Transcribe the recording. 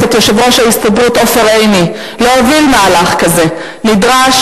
את יושב-ראש ההסתדרות עופר עיני להוביל מהלך כזה נדרש,